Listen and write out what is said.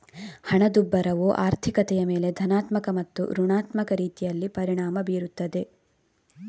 ಹಣದುಬ್ಬರವು ಆರ್ಥಿಕತೆಯ ಮೇಲೆ ಧನಾತ್ಮಕ ಮತ್ತು ಋಣಾತ್ಮಕ ರೀತಿಯಲ್ಲಿ ಪರಿಣಾಮ ಬೀರುತ್ತದೆ